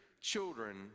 children